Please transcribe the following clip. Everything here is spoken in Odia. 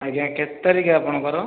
ଆଜ୍ଞା କେତେ ତାରିଖ ଆପଣଙ୍କର